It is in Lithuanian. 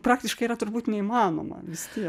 praktiškai yra turbūt neįmanoma vis tiek